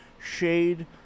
shade